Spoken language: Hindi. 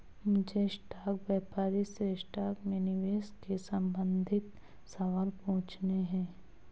मुझे स्टॉक व्यापारी से स्टॉक में निवेश के संबंधित सवाल पूछने है